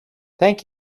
thank